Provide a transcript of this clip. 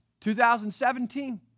2017